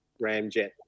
Ramjet